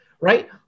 right